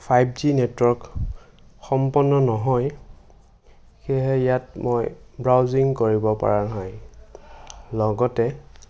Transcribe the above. five G network সম্পন্ন নহয় সেয়েহে ইয়াত মই ব্ৰাউজিং কৰিব পৰা নাই লগতে